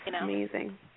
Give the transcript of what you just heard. Amazing